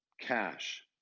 cash